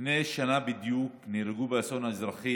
לפני שנה בדיוק נהרגו באסון האזרחי